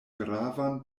gravan